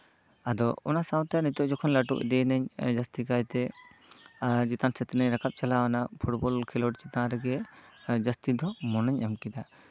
ᱟᱫᱚ ᱚᱱᱟ ᱥᱟᱶᱛᱮ ᱱᱤᱛᱚᱜ ᱡᱚᱠᱷᱚᱱ ᱞᱟᱹᱴᱩ ᱤᱫᱤ ᱭᱮᱱᱟᱹᱧ ᱡᱟᱹᱥᱛᱤ ᱠᱟᱭᱛᱮ ᱪᱮᱛᱟᱱ ᱥᱮᱜ ᱛᱤᱱᱟᱹᱜ ᱤᱧ ᱨᱟᱠᱟᱵᱽ ᱪᱟᱞᱟᱣ ᱮᱱᱟ ᱯᱷᱩᱴᱵᱚᱞ ᱠᱷᱮᱞᱳᱰ ᱪᱮᱛᱟᱱ ᱨᱮᱜᱮ ᱡᱟᱹᱥᱛᱤ ᱫᱚ ᱢᱚᱱᱮᱧ ᱮᱢ ᱠᱮᱫᱟ